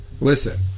Listen